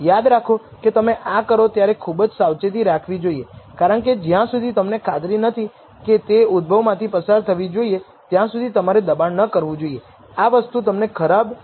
યાદ રાખો કે તમે આ કરો ત્યારે ખૂબ જ સાવચેતી રાખવી જોઈએ કારણકે જ્યાં સુધી તમને ખાતરી નથી કે તે ઉદ્ભવ માંથી પસાર થવી જોઈએ ત્યાં સુધી તમારે દબાણ ન કરવું જોઈએ આ વસ્તુ તમને ખરાબ t આપશે